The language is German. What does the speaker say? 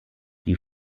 die